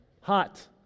hot